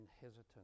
hesitant